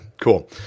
cool